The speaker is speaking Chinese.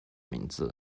名字